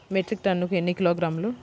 Metric టన్నుకు ఎన్ని కిలోగ్రాములు?